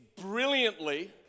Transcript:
brilliantly